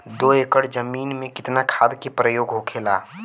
दो एकड़ जमीन में कितना खाद के प्रयोग होखेला?